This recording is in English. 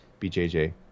BJJ